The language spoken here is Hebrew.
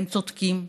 והם צודקים,